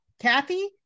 Kathy